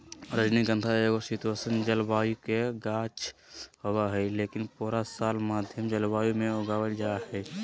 रजनीगंधा एगो शीतोष्ण जलवायु के गाछ होबा हय, लेकिन पूरा साल मध्यम जलवायु मे उगावल जा हय